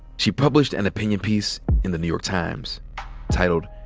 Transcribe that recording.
she published an opinion piece in the new york times titled,